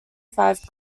five